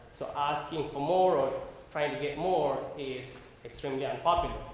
so asking for more or trying to get more is extremely unpopular